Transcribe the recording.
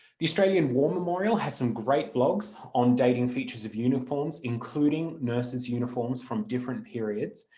the australian war memorial has some great blogs on dating features of uniforms including nurses' uniforms from different periods